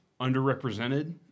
underrepresented